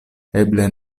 eble